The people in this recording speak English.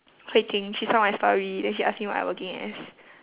hui ting she saw my story then she ask me what I working as